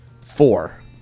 four